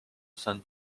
soixante